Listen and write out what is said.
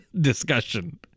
discussion